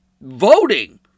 voting